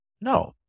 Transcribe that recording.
No